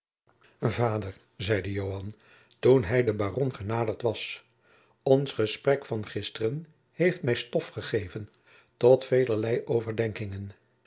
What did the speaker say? vader zeide joan toen hij den baron genaderd was ons gesprek van gisteren heeft mij stof gegeven tot velerlei overdenkingen